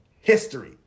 History